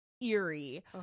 eerie